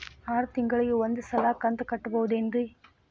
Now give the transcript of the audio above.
ಆರ ತಿಂಗಳಿಗ ಒಂದ್ ಸಲ ಕಂತ ಕಟ್ಟಬಹುದೇನ್ರಿ?